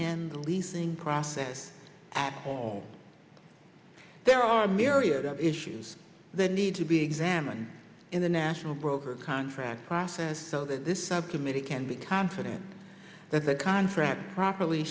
end leasing process at all there are myriad of issues that need to be examined in the national broker contract process so that this subcommittee can be confident that the contract properly